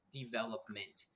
development